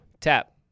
tap